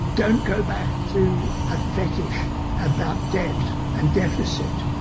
don't go back to a fetish about debt and deficit,